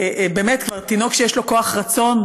באמת כבר תינוק שיש לו כוח רצון,